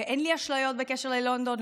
ואין לי אשליות בקשר ללונדון,